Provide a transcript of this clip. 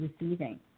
receiving